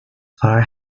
far